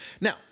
Now